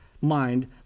mind